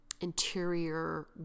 interior